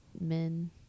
men